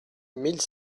mille